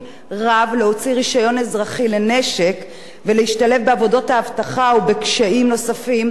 ולהשתלב בעבודות אבטחה ובקשיים נוספים להשתלב בעבודות ציבוריות וכדומה.